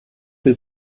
will